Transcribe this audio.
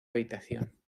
habitación